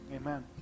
amen